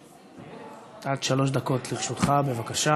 עד שלוש דקות לרשותך, בבקשה.